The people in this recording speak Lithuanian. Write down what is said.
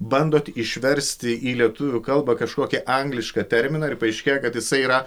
bandot išversti į lietuvių kalbą kažkokį anglišką terminą ir paaiškėja kad jisai yra